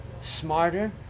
smarter